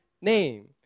name